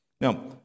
Now